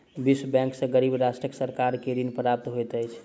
विश्व बैंक सॅ गरीब राष्ट्रक सरकार के ऋण प्राप्त होइत अछि